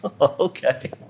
Okay